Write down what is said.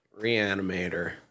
Reanimator